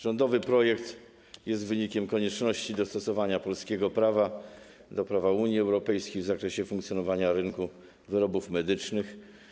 Rządowy projekt jest wynikiem konieczności dostosowania polskiego prawa do prawa Unii Europejskiej w zakresie funkcjonowania rynku wyrobów medycznych.